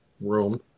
room